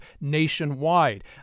nationwide